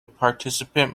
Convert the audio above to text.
participant